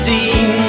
Dean